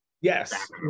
yes